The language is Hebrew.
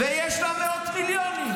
ויש לה מאות מיליונים.